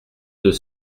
deux